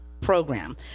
program